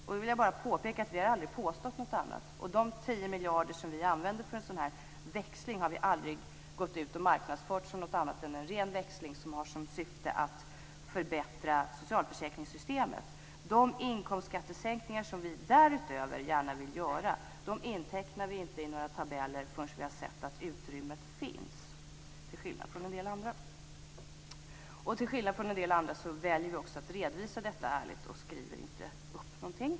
Jag vill bara påpeka att vi har aldrig påstått något annat. De 10 miljarder som vi använder för en växling har vi aldrig marknadsfört som något annat än som en ren växling som har som syfte att förbättra socialförsäkringssystemet. De inkomstskattesänkningar som vi därutöver gärna vill göra intecknar vi inte i några tabeller förrän vi har sett att utrymmet finns, till skillnad från en del andra. Och till skillnad från en del andra väljer vi också att redovisa detta ärligt och skriver inte upp någonting.